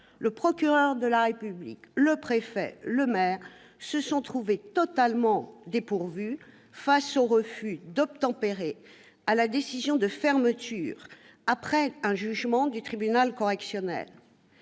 Le procureur de la République, le préfet, le maire se sont trouvés totalement dépourvus face au refus d'obtempérer à la décision de fermeture, après un jugement du tribunal correctionnel.